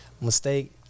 mistake